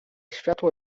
światło